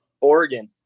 Oregon